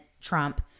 trump